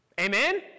Amen